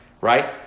right